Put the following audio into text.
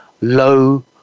low